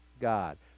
God